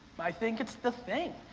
i think it's the thing.